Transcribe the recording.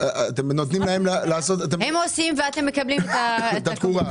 הם עושים ואתם מקבלים את התקורה.